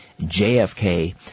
JFK